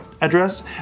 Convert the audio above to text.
address